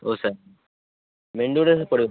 ଓଃ sir ପଡ଼ିବ